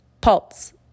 pulse